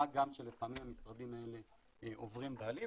מה גם שלפעמים המשרדים האלה עוברים בעלים,